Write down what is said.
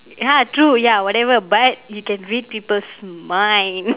ya true ya whatever but you can read people's mind